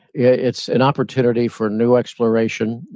yeah it's an opportunity for new exploration,